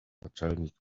naczelnik